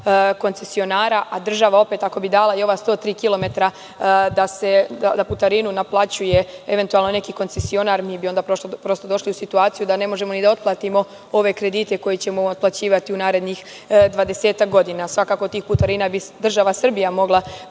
koncesionara, a država opet ako bi dala i ova 103 kilometara da putarinu naplaćuje evenutalno neki koncesuarni. Onda bi došli u situaciju da ne možemo da otplatimo ove kredite koje ćemo otplaćivati u narednih 20-ak godina. Svakako tih putarina država Srbija bi mogla